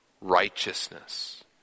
righteousness